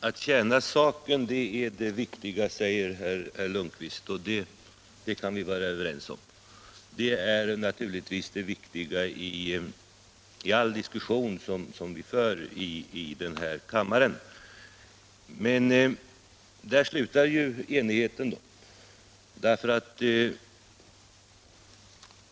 Herr talman! Det viktiga är att tjäna saken, säger herr Lundkvist, och det kan vi vara överens om. Det är naturligtvis det viktiga i all diskussion som vi för i den här kammaren. Men där slutar nog enigheten.